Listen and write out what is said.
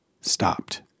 stopped